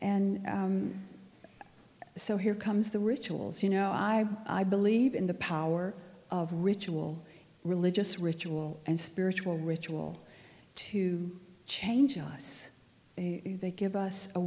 and so here comes the rituals you know i i believe in the power of ritual religious ritual and spiritual ritual to change us they give us a